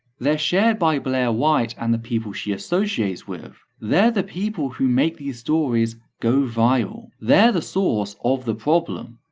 they're shared by blaire white and the people she associates with, they're the people who make these stories go viral, they're the source of the problem.